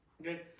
Okay